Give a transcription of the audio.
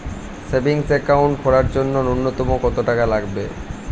Savings account খোলার জন্য নূন্যতম কত টাকা লাগবে?